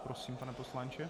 Prosím, pane poslanče.